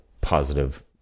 positive